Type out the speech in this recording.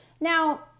Now